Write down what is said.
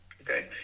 okay